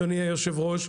אדוני היושב-ראש,